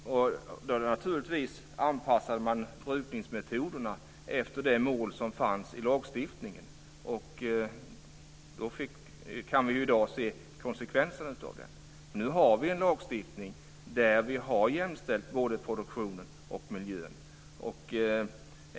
Då anpassade man naturligtvis brukningsmetoderna efter det mål som fanns i lagstiftningen, och vi kan i dag se konsekvenserna av det. Nu har vi en lagstiftning där vi har jämställt produktionen och miljön.